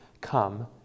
Come